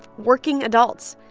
working adults.